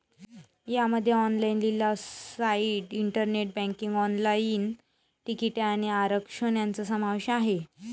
यामध्ये ऑनलाइन लिलाव site, internet banking, online तिकिटे आणि आरक्षण यांचा समावेश आहे